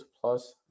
plus